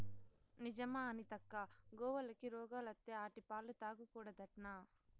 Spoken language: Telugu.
నిజమా అనితక్కా, గోవులకి రోగాలత్తే ఆటి పాలు తాగకూడదట్నా